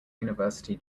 university